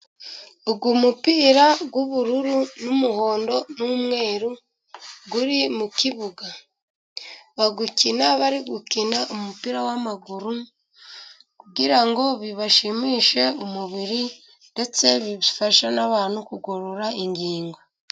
Uyu mupira w'ubururu n'umuhondo n'umweru, uri mu kibuga. Bawukina bari gukina umupira w'amaguru, kugira ngo bibashimishe umubiri, ndetse bifasha n'abantu kugorora ingingo.